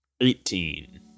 Eighteen